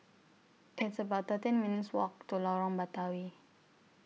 It's about thirteen minutes' Walk to Lorong Batawi